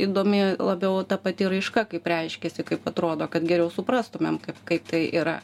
įdomi labiau ta pati raiška kaip reiškiasi kaip atrodo kad geriau suprastumėm kaip kaip tai yra